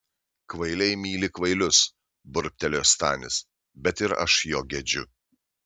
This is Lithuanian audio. kvailiai myli kvailius burbtelėjo stanis bet ir aš jo gedžiu